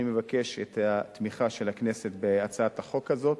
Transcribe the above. אני מבקש את התמיכה של הכנסת בהצעת החוק הזאת,